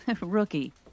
Rookie